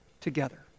together